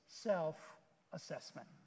self-assessment